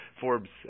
Forbes